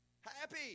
Happy